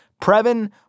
Previn